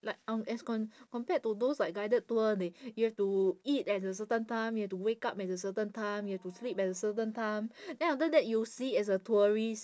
like um as com~ compared to those like guided tour they you have to eat at a certain time you have to wake up at a certain time you have to sleep at a certain time then after that you see it as a tourist